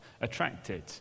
attracted